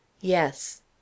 Yes